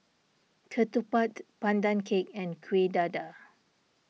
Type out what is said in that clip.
Ketupat Pandan Cake and Kueh Dadar